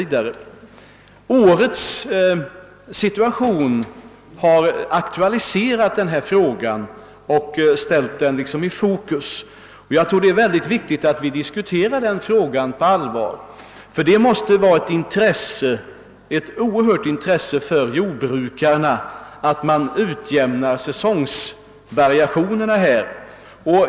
Årets situation har aktualiserat den na fråga och ställt den i fokus. Jag tror att det är mycket viktigt att vi diskuterar problemet på allvar, eftersom det måste vara ett oerhört intresse för jordbrukarna att kunna utjämna säsongvariationerna.